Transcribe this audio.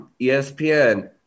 ESPN